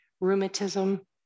rheumatism